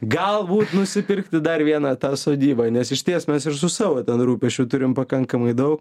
galbūt nusipirkti dar vieną tą sodybą nes išties mes ir su savo ten rūpesčių turim pakankamai daug